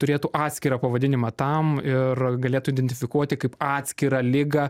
turėtų atskirą pavadinimą tam ir galėtų identifikuoti kaip atskirą ligą